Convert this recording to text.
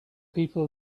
people